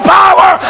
power